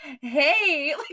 hey